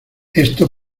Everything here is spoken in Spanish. esto